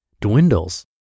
dwindles